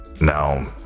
Now